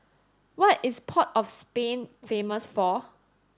what is Port of Spain famous for